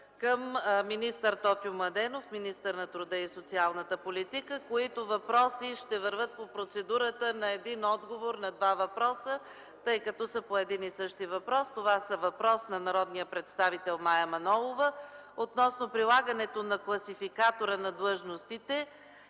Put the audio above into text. към министър Тотю Младенов – министър на труда и социалната политика, които въпроси ще вървят по процедурата „един отговор на два въпроса”, тъй като въпросите са на една и съща тема. Има въпрос от народния представител Мая Манолова относно прилагането на Класификатора на длъжностите.